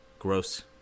Gross